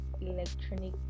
electronic